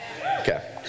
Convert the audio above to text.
Okay